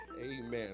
Amen